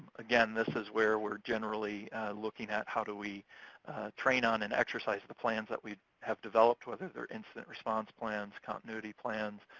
again, this is where we're generally looking at how do we train on and exercise the plans that we have developed, whether they're incident response plans, continuity plans,